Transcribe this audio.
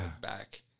Back